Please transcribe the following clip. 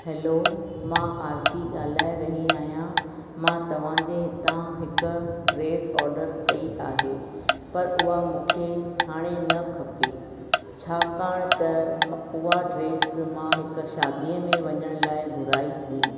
hello मां आरती ॻाल्हाए रही आहियां मां तव्हांजे हितां हिकु ड्रेस ऑडर कई आहे पर हूअ मूंखे हाणे न खपे छाकाणिरऋ त उअ ड्रेस मां हिकु शादीअ में वञण लाइ घुराई हुई